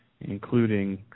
including